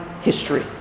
history